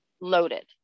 loaded